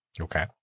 Okay